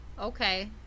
Okay